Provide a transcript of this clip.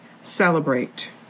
Celebrate